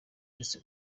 uretse